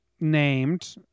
named